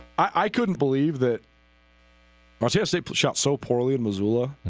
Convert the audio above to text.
i couldn't believe that but ah so shout so poorly in missoula